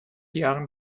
jahren